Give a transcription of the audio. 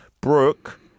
brooke